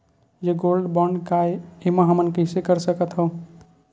ये gold bond काय ए एमा हमन कइसे कर सकत हव?